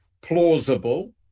plausible